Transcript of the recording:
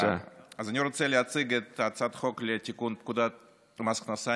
אז אני רוצה להציג את הצעת החוק לתיקון פקודת מס הכנסה,